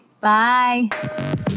Bye